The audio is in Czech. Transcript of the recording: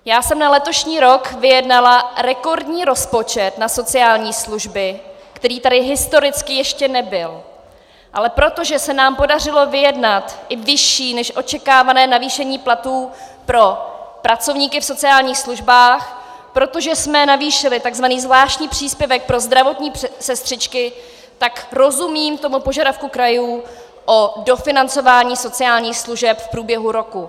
Já jsem na letošní rok vyjednala rekordní rozpočet na sociální služby, který tady historicky ještě nebyl, ale protože se nám podařilo vyjednat i vyšší než očekávané navýšení platů pro pracovníky v sociálních službách, protože jsme navýšili takzvaný zvláštní příspěvek pro zdravotní sestřičky, tak rozumím tomu požadavku krajů o dofinancování sociálních služeb v průběhu roku.